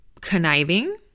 conniving